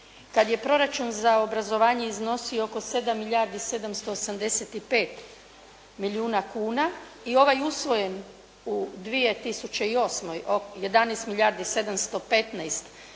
kad je proračun za obrazovanje iznosio oko 7 milijardi 785 milijuna kuna i ovaj usvojen u 2008. 11 milijardi 715 milijuna